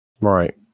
right